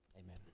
Amen